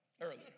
earlier